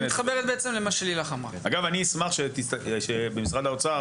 אני אשמח שבמשרד האוצר ייקחו את הבעלויות בבית הספר,